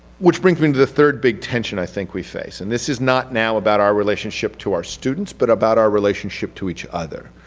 which brings me to the third big tension i think we face. and this is not now about our relationship to our students but about our relationship to each other,